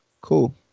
Cool